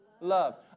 love